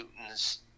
Newtons